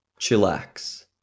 Chillax